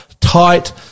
tight